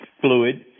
fluid